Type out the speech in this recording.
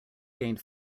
gained